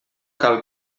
cal